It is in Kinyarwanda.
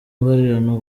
mbarirano